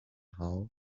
hull